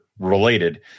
related